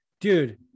dude